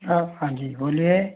हाँ हाँ जी बोलिए